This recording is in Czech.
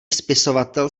spisovatel